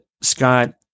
Scott